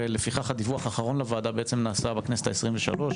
ולפיכך הדיווח האחרון לוועדה בעצם נעשה בכנסת העשרים-ושלוש.